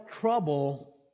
trouble